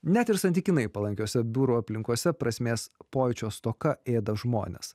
net ir santykinai palankiose biuro aplinkose prasmės pojūčio stoka ėda žmones